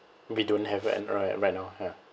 we don't have an right right now ya